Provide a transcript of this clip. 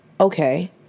Okay